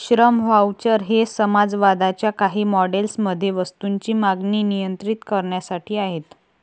श्रम व्हाउचर हे समाजवादाच्या काही मॉडेल्स मध्ये वस्तूंची मागणी नियंत्रित करण्यासाठी आहेत